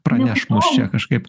praneš mus čia kažkaip